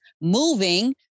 Moving